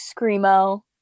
Screamo